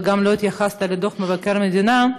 וגם לא התייחסת לדוח מבקר המדינה,